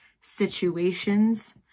situations